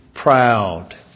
proud